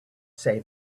say